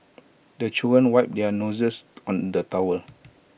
the children wipe their noses on the towel